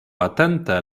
atente